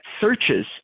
searches